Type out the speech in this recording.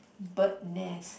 bird nest